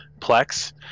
Plex